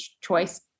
choice